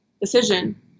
decision